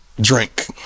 drink